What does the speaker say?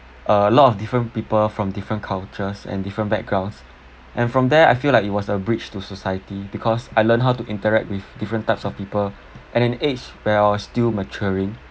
a lot of different people from different cultures and different backgrounds and from there I feel like it was a bridge to society because I learned how to interact with different types of people at an age where I was still maturing